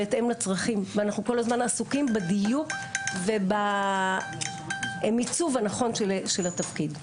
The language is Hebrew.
בהתאם לצרכים ואנחנו כל הזמן עסוקים בדיוק ובמיצוב הנכון של התפקיד.